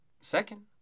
second